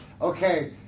okay